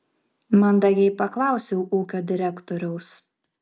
mandagiai paklausiau ūkio direktoriaus